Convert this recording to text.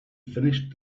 finished